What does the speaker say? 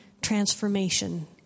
transformation